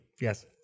yes